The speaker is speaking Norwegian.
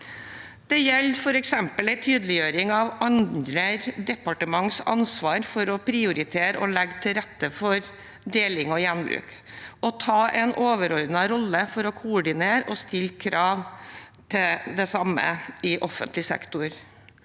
Det gjelder f.eks. en tydeliggjøring av de andre departementenes ansvar for å prioritere og legge til rette for deling og gjenbruk og å ta en overordnet rolle for å koordinere og stille krav til det samme i offentlig sektor.